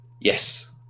Yes